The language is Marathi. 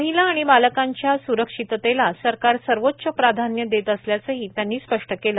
महिला आणि बालकांची सुरक्षिततेला सरकार सर्वोच्च प्राधान्यदेत असल्याचेही त्यांनी स्पष्ट केलं